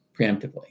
preemptively